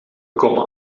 komen